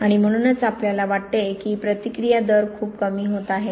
आणि म्हणूनच आपल्याला वाटते की प्रतिक्रिया दर खूप कमी होत आहेत